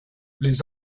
les